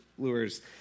lures